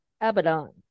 Abaddon